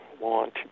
want